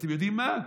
ואתם יודעים מה?